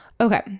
okay